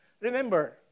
remember